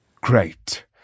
Great